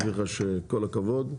כל הכבוד,